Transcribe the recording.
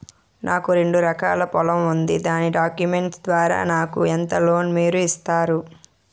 నాకు రెండు ఎకరాల పొలం ఉంది దాని డాక్యుమెంట్స్ ద్వారా నాకు ఎంత లోన్ మీరు ఇస్తారు?